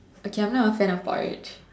okay I'm not a fan of porridge